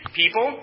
people